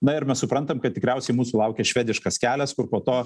na ir mes suprantam kad tikriausiai mūsų laukia švediškas kelias kur po to